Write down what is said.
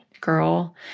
girl